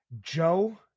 Joe